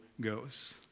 goes